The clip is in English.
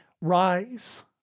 rise